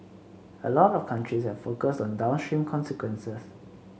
a lot of countries have focused on downstream consequences